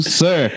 sir